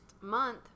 month